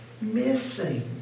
missing